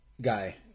guy